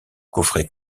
coffret